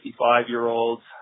55-year-olds